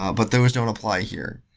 ah but those don't apply here.